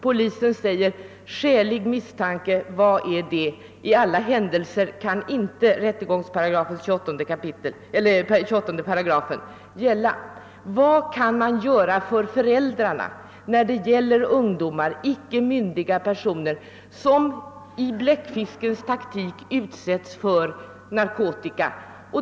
Polisen ansåg att »skälig misstanke» inte förelåg och att i alla händelser rättegångsbalkens 28 kap. inte kunde tilllämpas. Vad kan föräldrarna göra när genom bläckfiskens taktik icke myndiga ungdomar utsättes för sådana här risker?